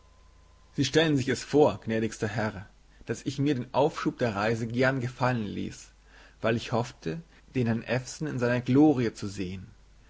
sie stellen sich es vor gnädigster herr daß ich mir den aufschub der reise gern gefallen ließ weil ich hoffte den herrn ewson in seiner glorie zu sehen